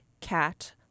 cat